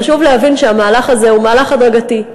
חשוב להבין שהמהלך הזה הוא מהלך הדרגתי.